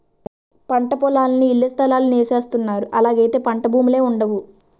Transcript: పంటపొలాలన్నీ ఇళ్లస్థలాలు సేసస్తన్నారు ఇలాగైతే పంటభూములే వుండవు